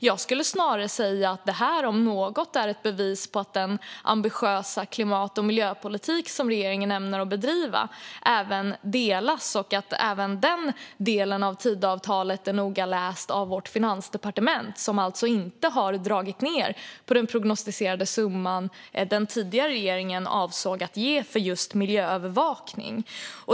Jag skulle snarare säga att det här om något är ett bevis på den ambitiösa klimat och miljöpolitik som regeringen ämnar bedriva och att även den delen av Tidöavtalet är noga läst av Finansdepartementet, som alltså inte har dragit ned på den prognostiserade summan som den tidigare regeringen avsåg att ge för miljöövervakning.